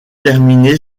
terminé